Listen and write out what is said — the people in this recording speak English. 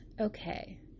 Okay